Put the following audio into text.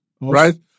right